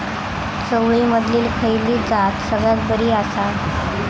चवळीमधली खयली जात सगळ्यात बरी आसा?